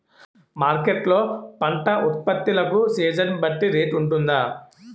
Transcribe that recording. Market లొ పంట ఉత్పత్తి లకు సీజన్ బట్టి రేట్ వుంటుందా?